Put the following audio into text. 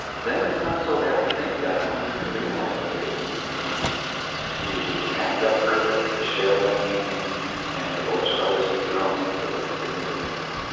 then it's not so bad to think that, well, you you can get more of those days and weeks and months to enact that purpose, to share that meaning and to bolster others with your own sense of life's significance.